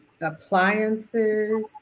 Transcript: appliances